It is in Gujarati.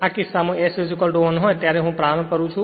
તે કિસ્સામાં જ્યારે S 1 હોય ત્યારે હું પ્રારંભ કરું છું